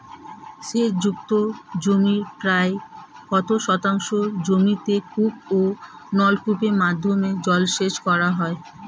সেচ যুক্ত জমির প্রায় কত শতাংশ জমিতে কূপ ও নলকূপের মাধ্যমে জলসেচ করা হয়?